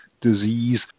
disease